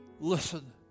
listen